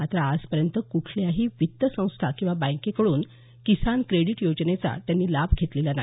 मात्र आजपर्यंत कुठल्याही वित्त संस्था किंवा बँकेकडून किसान क्रेडीट योजनेचा त्यांनी लाभ घेतलेला नाही